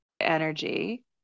energy